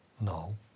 No